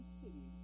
city